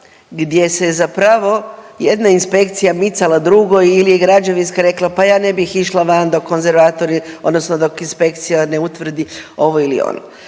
gdje se zapravo jedna inspekcija micala drugoj ili je građevinska rekla pa ja ne bih išla van dok konzervatori odnosno